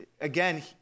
Again